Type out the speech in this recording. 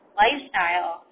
lifestyle